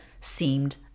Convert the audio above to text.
seemed